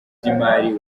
by’imari